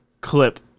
clip